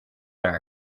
and